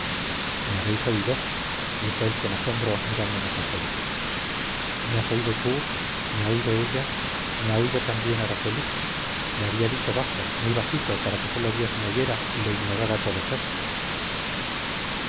me habéis oído dijo él con asombro mirándonos a todos me has oído tú me ha oído ella me ha oído también araceli lo había dicho bajo muy bajito para que sólo dios me oyera y lo ignorara todo ser